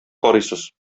карыйсыз